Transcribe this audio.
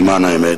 למען האמת,